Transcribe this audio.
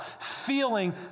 feeling